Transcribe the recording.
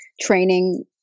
training